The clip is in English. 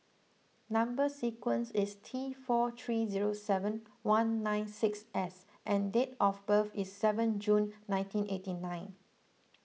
Number Sequence is T four three zero seven one nine six S and date of birth is seven June nineteen eighty nine